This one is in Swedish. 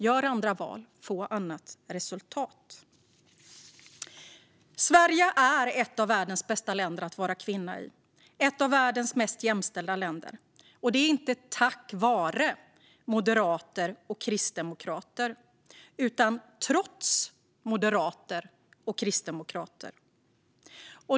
Gör andra val, få annat resultat! Sverige är ett av världens bästa länder att vara kvinna i, ett av världens mest jämställda länder, och det är inte tack vare moderater och kristdemokrater utan trots moderater och kristdemokrater.